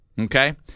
okay